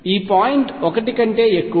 ఈ పాయింట్ 1 కంటే ఎక్కువ